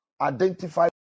identify